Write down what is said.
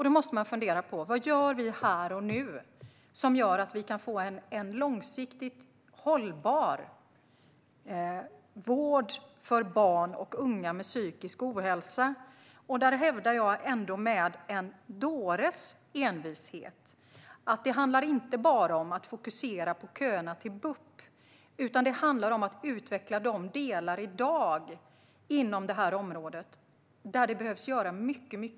Då måste man fundera på vad vi gör här och nu för att få en långsiktigt hållbar vård för barn och unga med psykisk ohälsa, och där hävdar jag med en dåres envishet att det inte bara handlar om att fokusera på köerna till BUP utan också om att utveckla de delar inom detta område där man i dag behöver göra mycket mer.